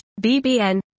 BBN